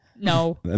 No